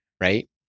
right